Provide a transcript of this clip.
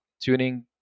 tuning